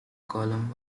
column